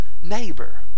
neighbor